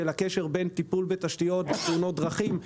הקשר בין טיפול בתשתיות לבין תאונות דרכים.